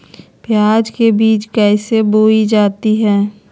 प्याज के बीज कैसे बोई जाती हैं?